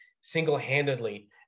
single-handedly